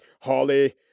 Holly